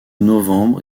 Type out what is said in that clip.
novembre